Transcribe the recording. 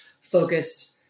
focused